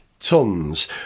Tons